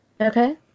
Okay